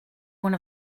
one